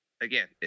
again